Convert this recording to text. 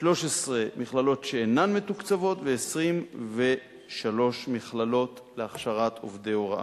13 מכללות שאינן מתוקצבות ו-23 מכללות להכשרת עובדי הוראה.